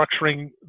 structuring